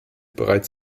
bereits